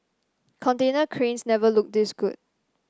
container cranes never looked this good